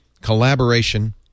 collaboration